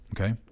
Okay